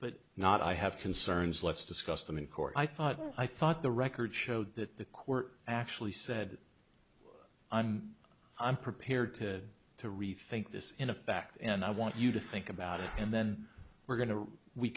but not i have concerns let's discuss them in court i thought i thought the record showed that the court actually said i'm i'm prepared to rethink this in a fact and i want you to think about it and then we're going to we